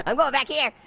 i'm going back here.